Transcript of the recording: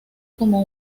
como